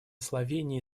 словении